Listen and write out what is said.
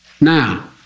Now